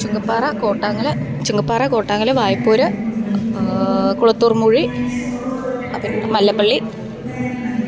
Chungappara Kottangal Chungappara Kottangal Vaipur Kulathoormoozhy Mallappally